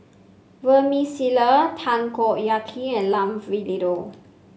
Vermicelli Takoyaki and Lamb Vindaloo